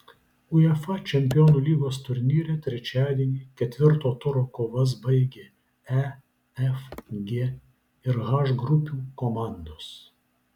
uefa čempionų lygos turnyre trečiadienį ketvirto turo kovas baigė e f g ir h grupių komandos